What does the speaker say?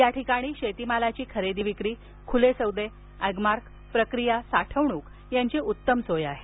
याठिकाणी शेतीमालाची खरेदी विक्री खुले सौदे ऍगमार्क प्रक्रिया साठवणूक यांची उत्तम सोय आहे